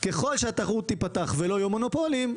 ככל שהתחרות תיפתח ולא יהיו מונופולים,